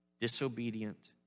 disobedient